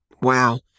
Wow